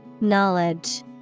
Knowledge